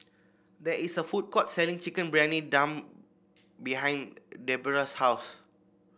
there is a food court selling Chicken Briyani Dum behind Debera's house